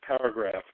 paragraph